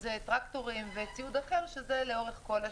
שזה טרקטורים וציוד אחר, שזה לאורך כל השנה.